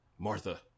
Martha